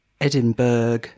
Edinburgh